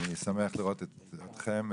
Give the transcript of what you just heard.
אני שמח לראות את כולכם.